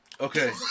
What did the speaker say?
Okay